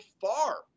far